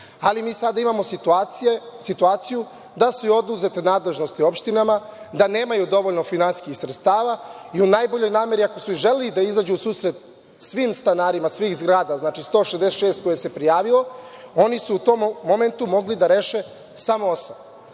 ali mi sada imamo situaciju da su oduzete nadležnosti opštinama, da nemaju dovoljno finansijskih sredstava i u najboljoj nameri ako su i želeli da izađu u susret svim stanarima svih zgrada, znači 166 koje su se prijavile, oni su u tom momentu mogli da reše samo osam.S